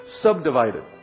subdivided